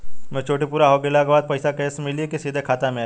Maturity पूरा हो गइला के बाद पईसा कैश मिली की सीधे खाता में आई?